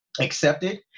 accepted